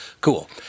Cool